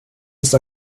ist